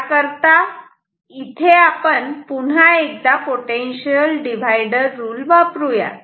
त्याकरता या इथे आपण पुन्हा एकदा पोटेन्शियल डिव्हायडर रुल वापरुयात